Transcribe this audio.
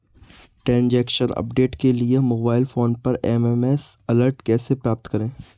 Transaction update के लिए mobile phone पर एस.एम.एस अलर्ट कैसे प्राप्त करें?